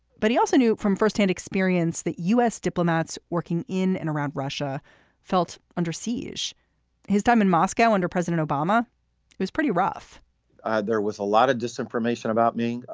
but he also knew from firsthand experience that u s. diplomats working in and around russia felt under siege his time in moscow under president obama was pretty rough there was a lot of disinformation about me.